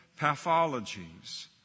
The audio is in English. pathologies